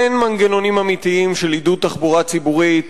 אין מנגנונים אמיתיים של עידוד תחבורה ציבורית